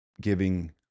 giving